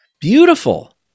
Beautiful